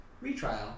retrial